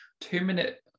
two-minute